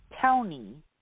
Tony